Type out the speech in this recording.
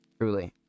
Truly